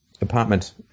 apartment